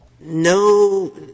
no —